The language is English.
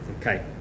Okay